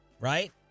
right